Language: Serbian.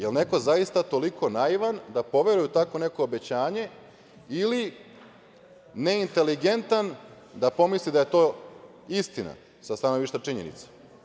Da li je neko zaista toliko naivan da poveruje u tako neko obećanje ili neinteligentan da pomisli da je to istina sa stanovišta činjenica?